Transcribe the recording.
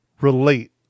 relate